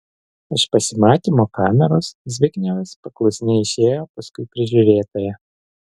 iš pasimatymo kameros zbignevas paklusniai išėjo paskui prižiūrėtoją